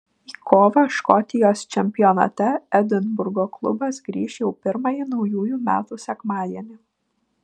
į kovą škotijos čempionate edinburgo klubas grįš jau pirmąjį naujųjų metų sekmadienį